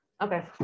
okay